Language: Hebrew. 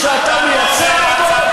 שאתה מייצג אותו,